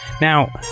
Now